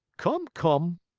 come, come,